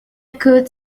could